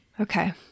okay